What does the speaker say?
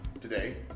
today